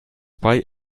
pie